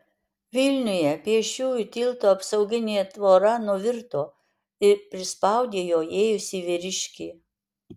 vilniuje pėsčiųjų tilto apsauginė tvora nuvirto ir prispaudė juo ėjusį vyriškį